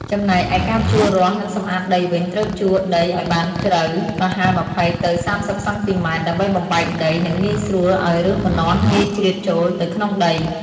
ចំណែកឯការភ្ជួររាស់ និងសម្អាតដីវិញត្រូវភ្ជួរដីឲ្យបានជ្រៅ (ប្រហែល ២០ ទៅ ៣០ សង់ទីម៉ែត្រ) ដើម្បីបំបែកដី និងងាយស្រួលឲ្យឫសម្នាស់ងាយជ្រៀតចូលទៅក្នុងដី។